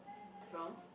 from